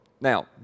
Now